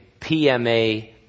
PMA